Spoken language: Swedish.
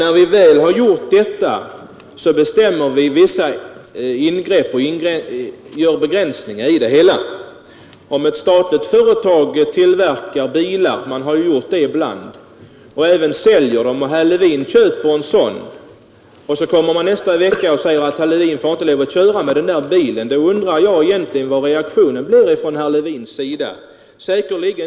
När vi väl gjort detta, bestämmer vi om vissa begränsningar för trafiken. Antag att ett statligt företag tillverkar bilar — ibland har man gjort det — och även säljer dem och herr Levin köper en sådan. Nästa vecka kommer man och säger att herr Levin inte får köra med den där bilen. Jag undrar hur reaktionen från herr Levin då blir. Säkerligen inte så positiv som i det här fallet.